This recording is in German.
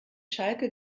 schalke